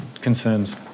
concerns